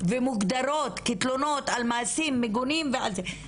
ומוגדרות כתלונות על מעשים מגונים ועל זה.